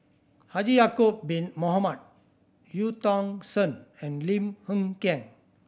Haji Ya'acob Bin Mohamed Eu Tong Sen and Lim Hng Kiang